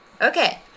Okay